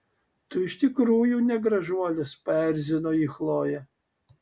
tu iš tikrųjų ne gražuolis paerzino jį chlojė